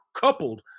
coupled